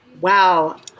Wow